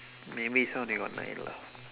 maybe this one only they got nine lah